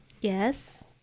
Yes